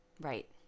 Right